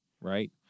right